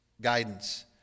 guidance